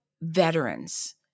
veterans